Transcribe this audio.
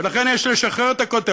ולכן, יש לשחרר את הכותל.